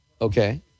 Okay